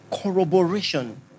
Corroboration